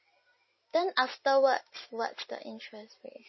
then afterwards what's the interest rate